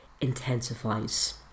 intensifies